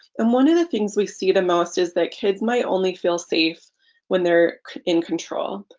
and one of the things we see the most is that kids might only feel safe when they're in control.